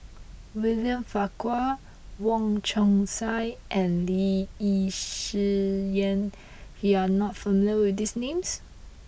William Farquhar Wong Chong Sai and Lee Yi Shyan you are not familiar with these names